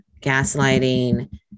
gaslighting